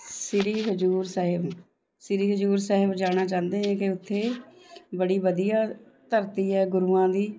ਸ਼੍ਰੀ ਹਜ਼ੂਰ ਸਾਹਿਬ ਸ਼੍ਰੀ ਹਜ਼ੂਰ ਸਾਹਿਬ ਜਾਣਾ ਚਾਹੁੰਦੇ ਹੈ ਕਿ ਉੱਥੇ ਬੜੀ ਵਧੀਆ ਧਰਤੀ ਹੈ ਗੁਰੂਆਂ ਦੀ